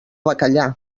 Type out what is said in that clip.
bacallà